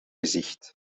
gezicht